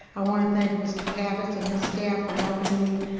i want to thank mr. cavetts and his staff for helping me,